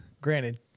granted